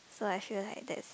so actually like this